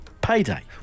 payday